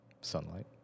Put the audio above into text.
sunlight